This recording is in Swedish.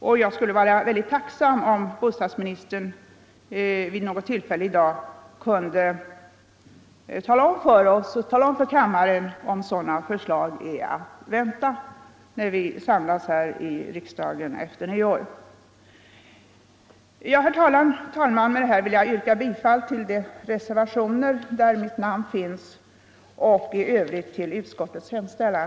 Och jag skulle vara mycket tacksam om bostadsministern vid något tillfälle i dag kunde bekräfta för kammaren om sådana förslag är att vänta när riksdagen samlas igen efter nyår. Herr talman! Med det anförda vill jag yrka bifall till samtliga reservationer i civilutskottets betänkande nr 36 där mitt namn återfinns. I övrigt yrkar jag bifall till utskottets hemställan.